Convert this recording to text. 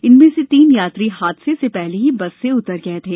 इनमें से तीन यात्री हादसे से पहले ही बस से उतर गए थे